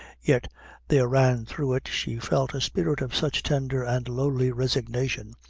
yet there ran through it, she felt, a spirit of such tender and lowly resignation,